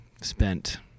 spent